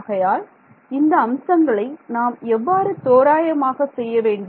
ஆகையால் இந்த அம்சங்களை நாம் எவ்வாறு தோராயமாக செய்யவேண்டும்